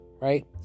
right